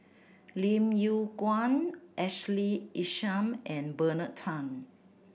Lim Yew Kuan Ashley Isham and Bernard Tan